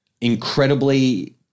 incredibly –